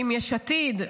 אני מיש עתיד,